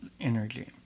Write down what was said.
energy